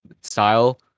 style